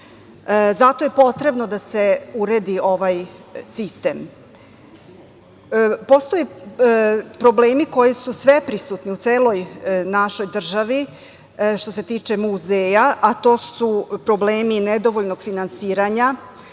Zato je potrebno da se uredi ovaj sistem. Postoje problemi koji su sveprisutni u celoj našoj državi što se tiče muzeja, a to su problemi nedovoljnog finansiranja,